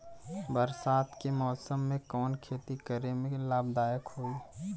बरसात के मौसम में कवन खेती करे में लाभदायक होयी?